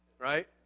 Right